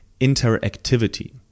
interactivity